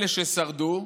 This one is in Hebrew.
אלה ששרדו,